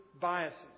biases